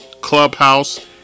Clubhouse